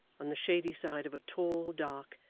on the shady side of a tall, dark,